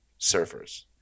surfers